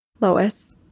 Lois